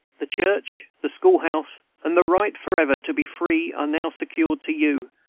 the church, the school-house, and the right forever to be free are now secured to you,